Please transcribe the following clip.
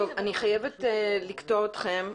טוב, אני חייבת לקטוע אתכם.